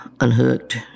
unhooked